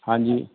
ਹਾਂਜੀ